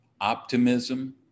optimism